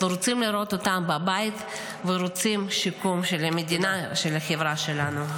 אנחנו רוצים לראות אותם בבית ורוצים שיקום של המדינה ושל החברה שלנו.